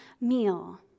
meal